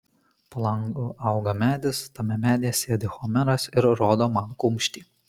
po langu auga medis tame medyje sėdi homeras ir rodo man kumštį